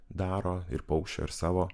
daro ir paukščio ir savo